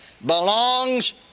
belongs